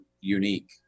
unique